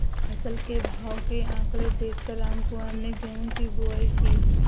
फसल के भाव के आंकड़े देख कर रामकुमार ने गेहूं की बुवाई की